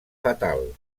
fatal